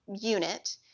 unit